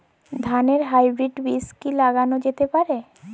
ধানের হাইব্রীড বীজ কি লাগানো যেতে পারে?